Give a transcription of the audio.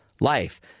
life